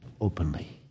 openly